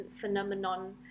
phenomenon